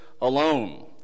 alone